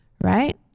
Right